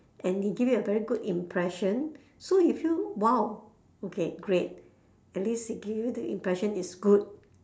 and he give you a very good impression so you feel !wow! okay great at least he give you the impression is good